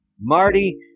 Marty